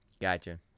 gotcha